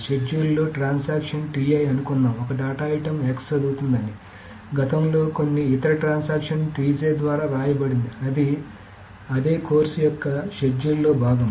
షెడ్యూల్లో ట్రాన్సాక్షన్ అనుకుందాం ఒక డేటా ఐటమ్ x చదువుతుందని గతంలో కొన్ని ఇతర ట్రాన్సాక్షన్ ద్వారా వ్రాయబడింది ఇది అదే కోర్సు యొక్క షెడ్యూల్లో భాగం